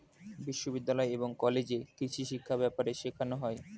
বিশ্ববিদ্যালয় এবং কলেজে কৃষিশিক্ষা ব্যাপারে শেখানো হয়